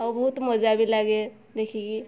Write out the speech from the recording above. ଆଉ ବହୁତ ମଜା ବି ଲାଗେ ଦେଖିକି